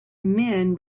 men